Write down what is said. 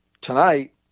tonight